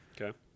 Okay